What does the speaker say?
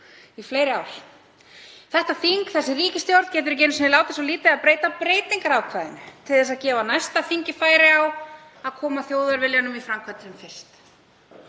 í fleiri ár. Þetta þing, þessi ríkisstjórn getur ekki einu sinni látið svo lítið að breyta breytingarákvæðinu til þess að gefa næsta þingi færi á að koma þjóðarviljanum í framkvæmd sem fyrst.